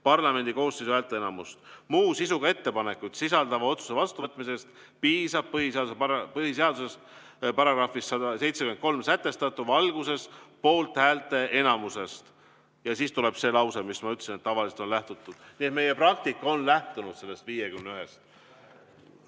parlamendi koosseisu häälteenamust. Muu sisuga ettepanekuid sisaldava otsuse vastuvõtmiseks piisab PS §-s 73 sätestatu valguses poolthäälte enamusest." Ja siis tuleb see lause, mis ma enne ütlesin – "Tavaliselt on lähtutud ...". Nii et meie praktika on lähtunud sellest 51-st.